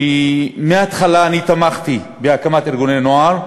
מההתחלה אני תמכתי בהקמת ארגוני נוער,